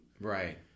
right